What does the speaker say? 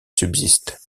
subsiste